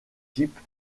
types